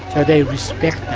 ah they respect that.